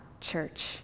church